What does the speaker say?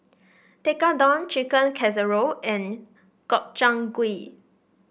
Tekkadon Chicken Casserole and Gobchang Gui